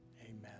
Amen